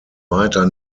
weiter